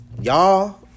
y'all